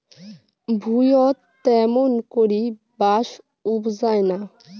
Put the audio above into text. ভুঁইয়ত ত্যামুন করি বাঁশ উবজায় না